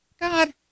God